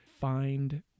find